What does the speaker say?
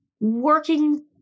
working